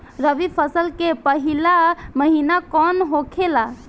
रबी फसल के पहिला महिना कौन होखे ला?